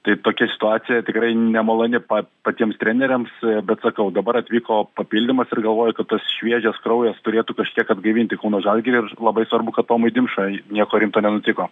tai tokia situacija tikrai nemaloni pa patiems treneriams bet sakau dabar atvyko papildymas ir galvoju kad tas šviežias kraujas turėtų kažkiek atgaivinti kauno žalgirį ir labai svarbu kad tomui dimšai nieko rimto nenutiko